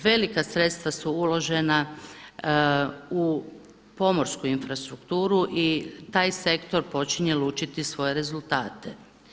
Velika sredstva su uložena u pomorsku infrastrukturu i taj sektor počinje lučiti svoje rezultate.